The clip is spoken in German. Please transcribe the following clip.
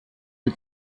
die